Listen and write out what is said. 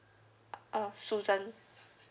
uh susan